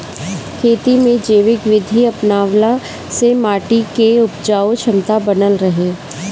खेती में जैविक विधि अपनवला से माटी के उपजाऊ क्षमता बनल रहेला